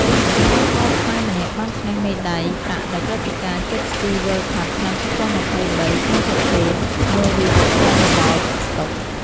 កីឡាករខ្មែរម្នាក់ បានឈ្នះមេដាយប្រាក់នៅព្រឹត្តិការណ៍ Jet Ski World Cup ឆ្នាំ ២០២៣ ក្នុងប្រភេទ Novice Runabout Stock។